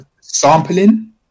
sampling